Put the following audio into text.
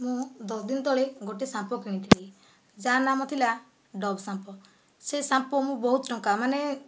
ମୁଁ ଦଶଦିନ ତଳେ ଗୋଟିଏ ସାମ୍ପୋ କିଣିଥିଲି ଯା' ନାମ ଥିଲା ଡୋଭ ସାମ୍ପୋ ସେ ସାମ୍ପୋ ମୁଁ ବହୁତ ଟଙ୍କା ମାନେ